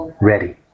ready